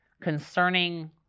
concerning